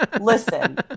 Listen